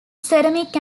ceramic